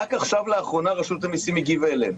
רק עכשיו לאחרונה רשות המיסים הגיבה אליהן.